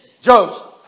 Joseph